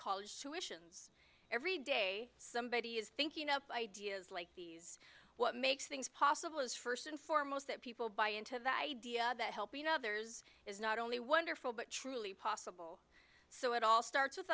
college tuitions every day somebody is thinking up ideas like these what makes things possible is first and foremost that people buy into the idea that helping others is not only wonderful but truly possible so it all starts with